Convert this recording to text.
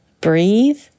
breathe